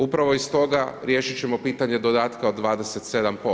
Upravo iz toga riješit ćemo pitanje dodatka od 27%